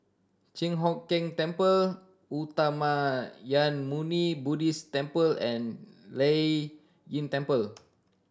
Chi Hock Keng Temple Uttamayanmuni Buddhist Temple and Lei Yin Temple